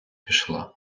пішла